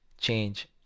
change